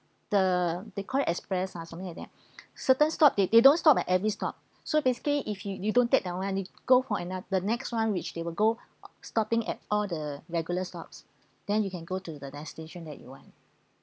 the they call it express ah something like that certain stopped they they don't stop at every stop so basically if you you don't take that [one] you go for anoth~ the next [one] which they will go stopping at all the regular stops then you can go to the destination that you want